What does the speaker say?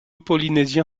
polynésien